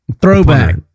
throwback